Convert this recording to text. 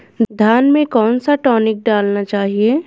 धान में कौन सा टॉनिक डालना चाहिए?